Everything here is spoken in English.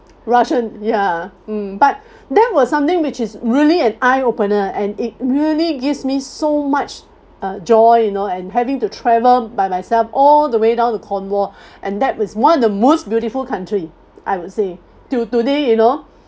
russian ya mm but that was something which is really an eye opener and it really gives me so much uh joy you know I'm having to travel by myself all the way down to cornwall and that was one of the most beautiful country I would say till today you know